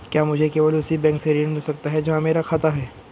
क्या मुझे केवल उसी बैंक से ऋण मिल सकता है जहां मेरा खाता है?